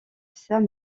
saint